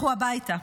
לכו הביתה,